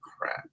crap